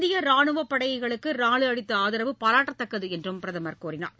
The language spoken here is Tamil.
இந்திய ரானுவப்படைகளுக்கு நாடு அளித்த ஆதரவு பாராட்டத்தக்கது என்று அவர் கூறினார்